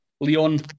Leon